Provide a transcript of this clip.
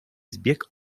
zbieg